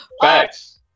Facts